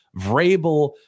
Vrabel